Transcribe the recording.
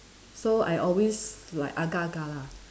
so I always like agak agak lah